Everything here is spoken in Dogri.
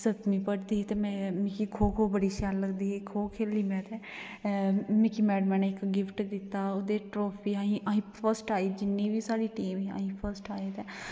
सतमीं पढ़दी ही ते मिगी खो खो बड़ी शैल लगदी ही खो खेली में ते मिगी मैड़में ने इक गिफ्ट दित्ता ओह्दे ई ट्रॉफी ही असें फर्स्ट आई जि'न्नी बी साढ़ी टीम ही असीं फर्स्ट आए तां